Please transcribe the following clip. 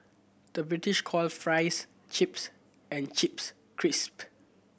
the British call fries chips and chips crisp